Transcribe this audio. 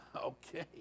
Okay